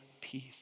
peace